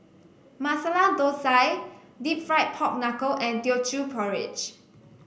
Masala Thosai Deep Fried Pork Knuckle and Teochew Porridge